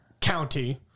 county